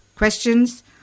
Questions